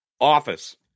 office